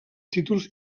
títols